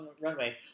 Runway